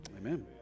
amen